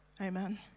amen